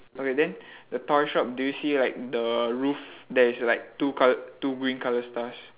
okay then the toy shop do you see like the roof there is like two coloured two green colour stars